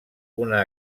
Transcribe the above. una